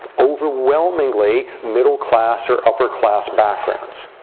overwhelmingly middle class or upper class backgrounds.